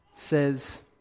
says